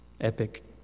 epic